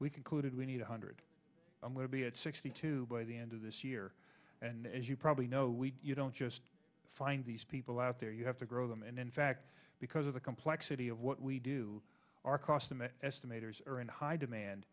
we concluded we need one hundred i'm going to be at sixty two by the end of this year and as you probably know we don't just find these people out there you have to grow them and in fact because of the complexity of what we do our cost estimate are in high demand